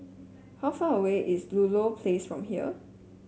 how far away is Ludlow Place from here